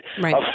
Right